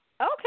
okay